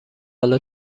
آلا